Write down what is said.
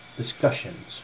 discussions